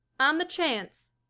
on the chance.